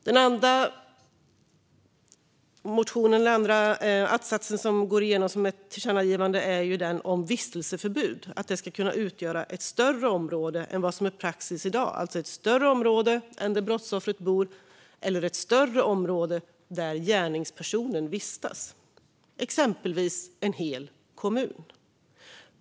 Det andra i vår motion som går igenom som ett förslag till tillkännagivande är att vistelseförbud ska kunna gälla ett större område än vad som är praxis i dag - alltså ett större område där brottsoffret bor eller ett större område där gärningspersonen vistas, exempelvis en hel kommun.